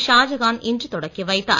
ஷாஜகான் இன்று தொடக்கி வைத்தார்